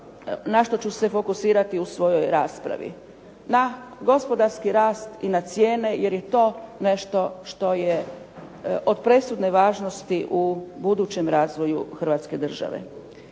na što ću se fokusirati u svojoj raspravi. Na gospodarski rast i na cijene jer je to nešto što je od presudne važnosti u budućem razvoju Hrvatske države.